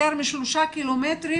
יותר משלושה קילומטרים,